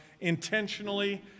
intentionally